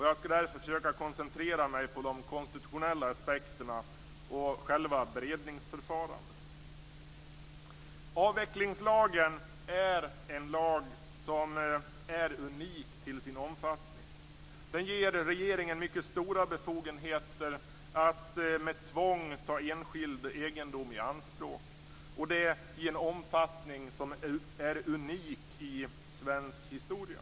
Jag skall därför försöka koncentrera mig på de konstitutionella aspekterna och själva beredningsförfarandet. Avvecklingslagen är en lag som är unik till sin omfattning. Den ger regeringen mycket stora befogenheter att med tvång ta enskild egendom i anspråk, och det i en omfattning som är unik i svensk historia.